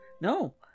No